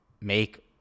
make